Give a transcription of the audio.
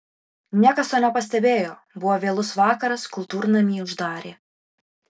niekas to nepastebėjo buvo vėlus vakaras kultūrnamį uždarė